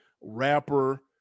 rapper